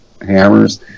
hammers